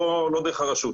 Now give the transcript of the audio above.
לא דרך הרשות.